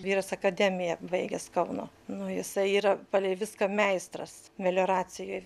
vyras akademiją baigęs kauno nu jisai yra palei viską meistras melioracijoj